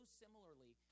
similarly